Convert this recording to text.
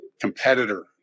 competitor